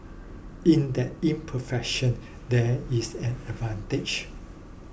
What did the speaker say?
in that imperfection there is an advantage